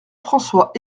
françois